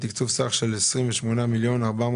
הבקשה התקציבית נועדה לתקצב העברת סך של 36.8 מיליון שקלים